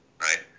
right